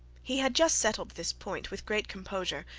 he had just settled this point with great composure,